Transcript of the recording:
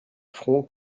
front